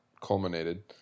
culminated